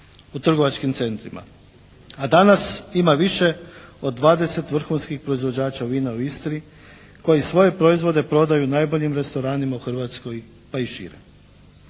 u trgovačkim centrima. A danas ima više od 20 vrhunskih proizvođača vina u Istri koji svoje proizvode prodaju najboljim restoranima u Hrvatskoj pa i šire.